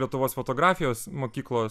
lietuvos fotografijos mokyklos